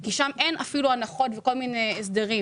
כי שם אין אפילו הנחות וכל מיני הסדרים.